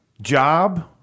job